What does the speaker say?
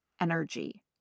energy